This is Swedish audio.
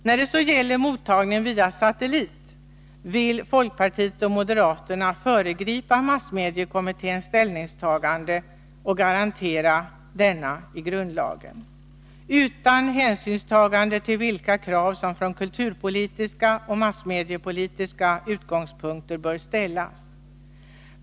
När det gäller mottagning via satellit vill folkpartiet och moderaterna föregripa massmediekommitténs ställningstagande och i grundlagen garantera rätten till information via satellit utan hänsynstagande till vilka krav som från kulturpolitiska och massmediepolitiska utgångspunkter bör ställas.